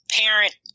parent